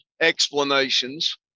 explanations